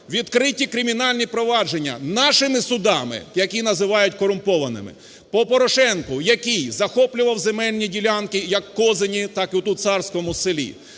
Відкриті кримінальні провадження нашими судами, які називають корумпованими, по Порошенку, який захоплював земельні ділянки як у Козині, так і тут у Царському селі,